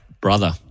Brother